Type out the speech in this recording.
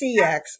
CX